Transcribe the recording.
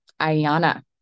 Ayana